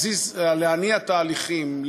להניע תהליכים,